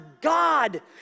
God